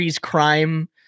crime